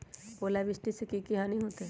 ओलावृष्टि से की की हानि होतै?